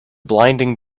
blinding